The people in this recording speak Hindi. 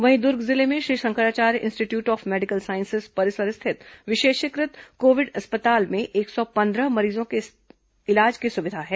वहीं दुर्ग जिले में Shri Shankaracharya institute of medical साईसेस परिसर स्थित विशेषीकृत कोविड अस्पताल में एक सौ पंद्रह मरीजों के इलाज की सुविधा है